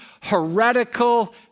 heretical